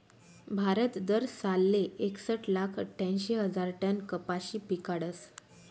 भारत दरसालले एकसट लाख आठ्यांशी हजार टन कपाशी पिकाडस